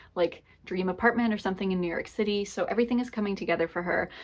like, dream apartment or something in new york city, so everything is coming together for her.